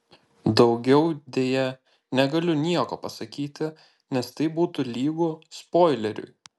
daugiau deja negaliu nieko pasakyti nes tai būtų lygu spoileriui